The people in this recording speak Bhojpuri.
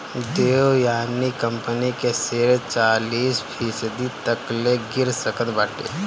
देवयानी कंपनी के शेयर चालीस फीसदी तकले गिर सकत बाटे